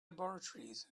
laboratories